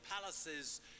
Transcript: palaces